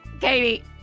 Katie